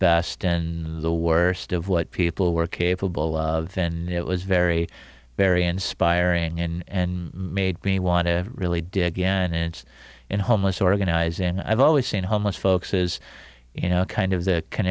best in the worst of what people were capable of in it was very very inspiring and made me want to really dig gannett's in homeless organize and i've always seen homeless folks is you know kind of the can